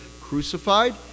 crucified